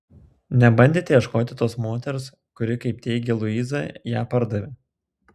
nebandėte ieškoti tos moters kuri kaip teigia luiza ją pardavė